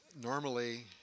Normally